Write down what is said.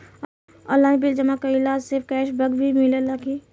Online bill जमा कईला से कैश बक भी मिलेला की?